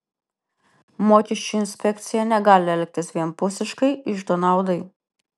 mokesčių inspekcija negali elgtis vienpusiškai iždo naudai